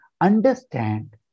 Understand